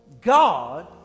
God